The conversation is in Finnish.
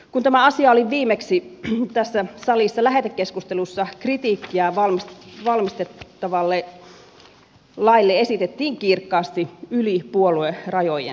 kun tämä asia oli viimeksi tässä salissa lähetekeskustelussa kritiikkiä valmisteltavalle laille esitettiin kirkkaasti yli puoluerajojen